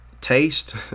taste